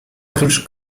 oprócz